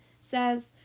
says